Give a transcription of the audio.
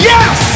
Yes